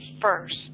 first